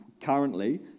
currently